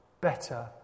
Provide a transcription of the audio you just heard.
better